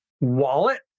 wallet